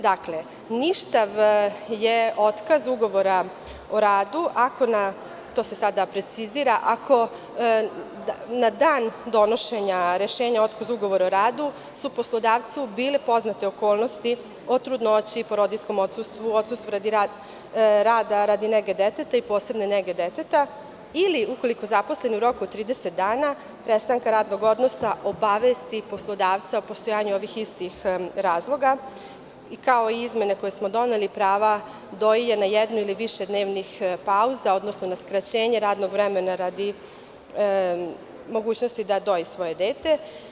Dakle, ništav je otkaz ugovora o radu, to se sada precizira, ako na dan donošenja rešenja o otkazu ugovora o radu su poslodavcu bile poznate okolnosti o trudnoći, porodiljskom odsustvu, rada radi nege deteta i posebne nege deteta ili ukoliko zaposleni u roku od 30 dana od prestanka radnog odnosa obavesti poslodavca o postojanju ovih istih razloga i, kao i izmena koju smo doneli, prava dojiljama jednim ili višednevnih pauza, odnosno na skraćenje radnog vremena radi mogućnosti da doji svoje dete.